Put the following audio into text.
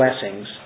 blessings